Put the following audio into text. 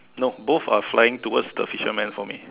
no both are flying towards the fisherman for me